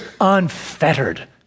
Unfettered